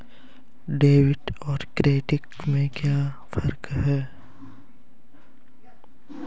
Debit और credit में क्या फर्क है?